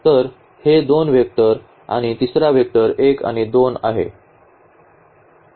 तर हे दोन वेक्टर आणि तिसरा वेक्टर 1 आणि 2 आहे